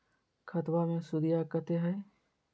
खतबा मे सुदीया कते हय?